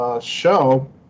show